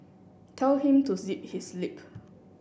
tell him to zip his lip